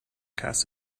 casts